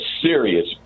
serious